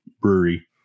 brewery